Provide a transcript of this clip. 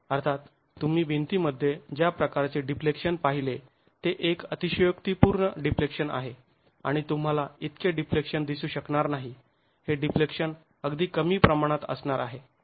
अर्थात तुम्ही भिंतीमध्ये ज्या प्रकारचे डिफ्लेक्शन पाहिले ते एक अतिशयोक्तीपूर्ण डिफ्लेक्शन आहे आणि तुम्हाला इतके डिफ्लेक्शन दिसू शकणार नाही हे डिफ्लेक्शन अगदी कमी प्रमाणात असणार आहे